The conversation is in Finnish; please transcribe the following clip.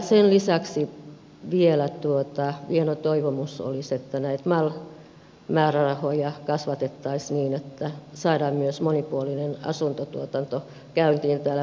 sen lisäksi vielä vieno toivomus olisi että mal määrärahoja kasvatettaisiin niin että saadaan myös monipuolinen asuntotuotanto käyntiin täällä pääkaupunkiseudulla